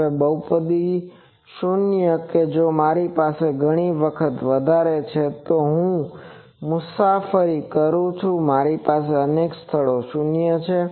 હવે બહુપદીના શૂન્ય કે જો મારી પાસે ઘણી વખત વધારે છે તો હું તે મુસાફરી કરું છું મારી પાસે અનેક સ્થળોએ શૂન્ય છે